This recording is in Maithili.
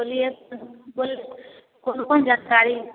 बोलिए बोलिए कोन कोन जानकारी